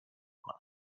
کند